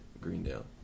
Greendale